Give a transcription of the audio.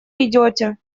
идете